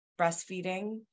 breastfeeding